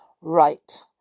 Right